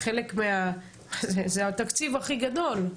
זה התקציב הכי גדול.